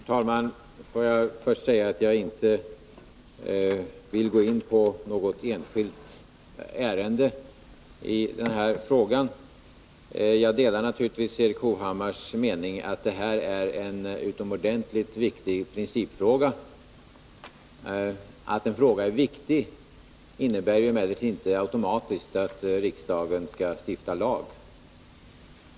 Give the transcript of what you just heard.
Herr talman! Får jag först säga att jag inte vill gå in på något enskilt ärende när det gäller den här frågan. Jag delar naturligtvis Erik Hovhammars mening att det här är en utomordentligt viktig principfråga. Att en fråga är viktig innebär emellertid inte automatiskt att riksdagen skall stifta lag.